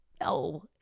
No